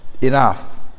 enough